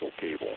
cable